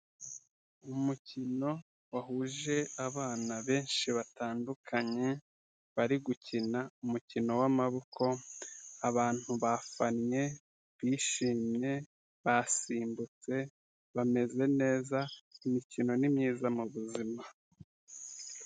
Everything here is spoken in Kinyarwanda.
Umukino wahuje abana benshi batandukanye bari gukina umukino w'amaboko, abantu bafannye, bishimye, basimbutse, bameze neza. Imikino ni myiza mu buzima.